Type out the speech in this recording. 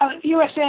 USA